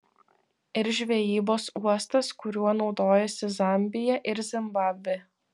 ir žvejybos uostas kuriuo naudojasi zambija ir zimbabvė